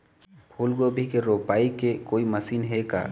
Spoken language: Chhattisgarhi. फूलगोभी के रोपाई के कोई मशीन हे का?